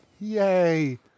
Yay